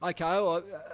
okay